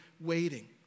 waiting